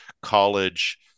college